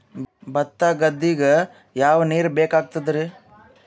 ಭತ್ತ ಗದ್ದಿಗ ಯಾವ ನೀರ್ ಬೇಕಾಗತದರೀ?